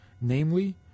namely